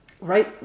right